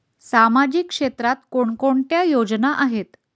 सामाजिक क्षेत्रात कोणकोणत्या योजना आहेत?